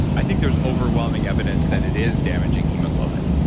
i think there's overwhelming evidence that it is damaging hemoglobin.